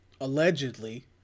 allegedly